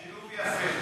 שילוב יפה.